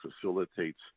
facilitates